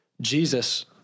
Jesus